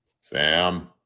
Sam